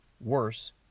Worse